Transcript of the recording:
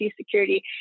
security